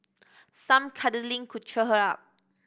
some cuddling could cheer her up